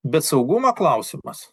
bet saugumo klausimas